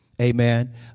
Amen